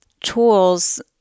tools